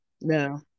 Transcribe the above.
No